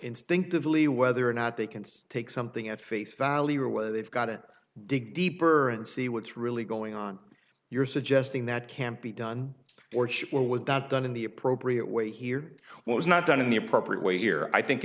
instinctively whether or not they can stake something at face value or whether they've got it dig deeper and see what's really going on you're suggesting that can't be done or should well with that done in the appropriate way here was not done in the appropriate way here i think